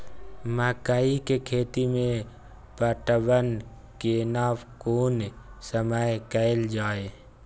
मकई के खेती मे पटवन केना कोन समय कैल जाय?